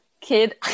kid